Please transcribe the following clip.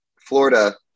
Florida